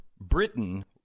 Britain